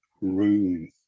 room